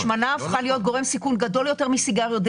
ההשמנה הפכה להיות גורם סיכון גדול יותר מסיגריות,